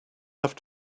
have